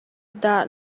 dah